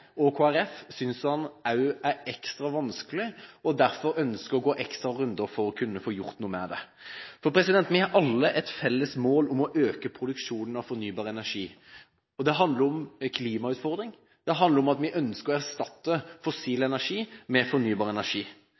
og Kristelig Folkeparti synes at den er ekstra vanskelig, og derfor ønsker å gå noen ekstra runder for å kunne få gjort noe med det. Vi har alle et felles mål om å øke produksjonen av fornybar energi. Det handler om klimautfordring, det handler om at vi ønsker å erstatte fossil energi med fornybar energi,